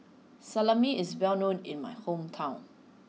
salami is well known in my hometown